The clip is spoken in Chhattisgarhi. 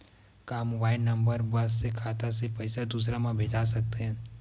का मोबाइल नंबर बस से खाता से पईसा दूसरा मा भेज सकथन?